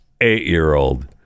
Eight-year-old